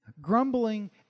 Grumbling